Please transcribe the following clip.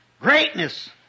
greatness